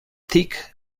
thick